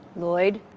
lloyd,